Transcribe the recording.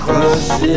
Crush